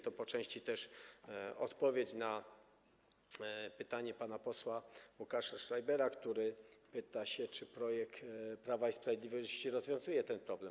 To po części też odpowiedź na pytanie pana posła Łukasza Schreibera, który pyta się, czy projekt Prawa i Sprawiedliwości rozwiązuje ten problem.